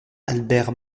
albert